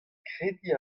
krediñ